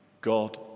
God